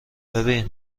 ببین